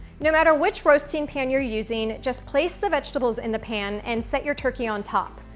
no matter which roasting pan you're using, just place the vegetables in the pan and set your turkey on top.